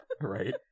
Right